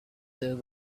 there